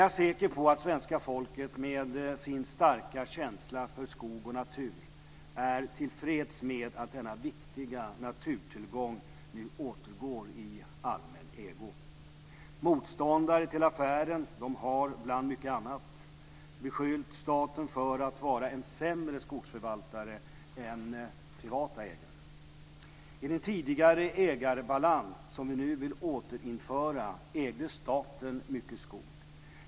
Jag är säker på att svenska folket med sin starka känsla för skog och natur är tillfreds med att denna viktiga naturtillgång nu återgår i allmän ägo. Motståndare till affären har bland mycket annat beskyllt staten för att vara en sämre skogsförvaltare än privata ägare. I den tidigare ägarbalans som vi nu vill återinföra ägde staten mycket skog.